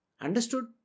Understood